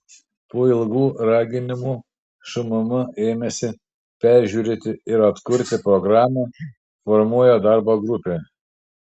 po ilgų raginimų šmm ėmėsi peržiūrėti ir atkurti programą formuoja darbo grupę